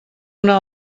una